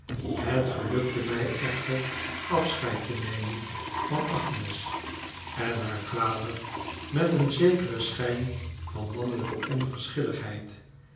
het gelukte mij echter afscheid te nemen van agnes en haar vader met een zekeren schijn van mannelijke onverschilligheid